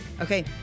okay